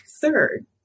third